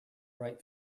write